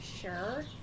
sure